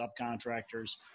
subcontractors